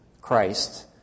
Christ